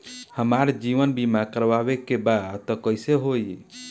हमार जीवन बीमा करवावे के बा त कैसे होई?